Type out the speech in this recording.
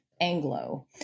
Anglo